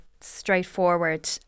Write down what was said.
straightforward